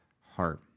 heart